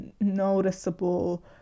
noticeable